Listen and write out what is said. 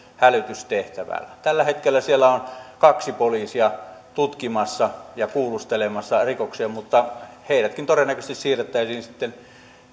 hälytystehtävään tällä hetkellä siellä on kaksi poliisia tutkimassa ja kuulustelemassa rikoksista mutta heidätkin todennäköisesti siirrettäisiin sitten